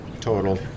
total